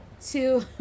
Two